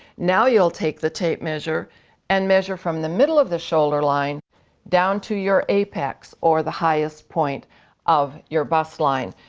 now you'll take the tape measure and measure from the middle of the shoulder line down to your apex or the highest point of your bust line.